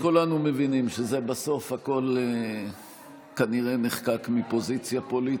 ולכן כולנו מבינים שבסוף הכול כנראה נחקק מפוזיציה פוליטית,